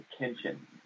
attention